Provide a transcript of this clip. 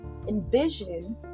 Envision